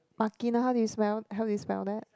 how do you spell how you spell that